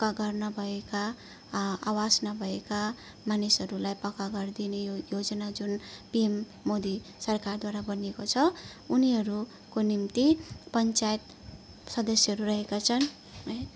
पक्का घर नभएका आवास नभएका मानिसहरूलाई पक्का घर दिने यो योजना जुन पिएम मोदी सरकारद्वारा बनिएको छ उनीहरूको निम्ति पञ्चायत सदस्यहरू रहेको छन् है